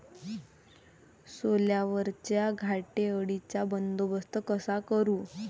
सोल्यावरच्या घाटे अळीचा बंदोबस्त कसा करू?